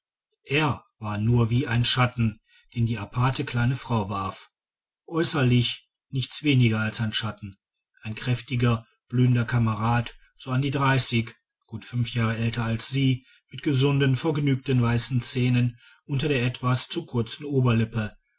er war nur wie ein schatten den die aparte kleine frau warf äußerlich nichts weniger als ein schatten ein kräftiger blühender kamerad so an die dreißig gut fünf jahre älter als sie mit gesunden vergnügten weißen zähnen unter der etwas zu kurzen oberlippe